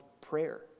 prayer